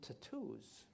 tattoos